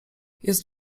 jest